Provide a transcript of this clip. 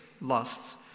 lusts